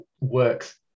works